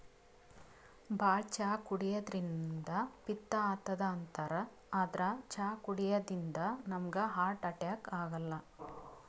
ಭಾಳ್ ಚಾ ಕುಡ್ಯದ್ರಿನ್ದ ಪಿತ್ತ್ ಆತದ್ ಅಂತಾರ್ ಆದ್ರ್ ಚಾ ಕುಡ್ಯದಿಂದ್ ನಮ್ಗ್ ಹಾರ್ಟ್ ಅಟ್ಯಾಕ್ ಆಗಲ್ಲ